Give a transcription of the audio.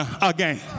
again